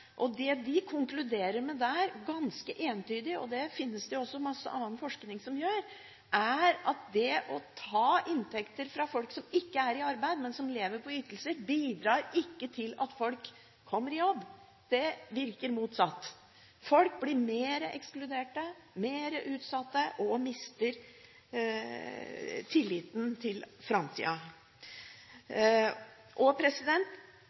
Det de konkluderer ganske entydig med der – det finnes det også mye annen forskning som gjør – er at det å ta inntekter fra folk som ikke er i arbeid, men som lever på ytelser, bidrar ikke til at folk kommer i jobb. Det virker motsatt. Folk blir mer ekskludert, mer utsatt og mister tilliten til framtida.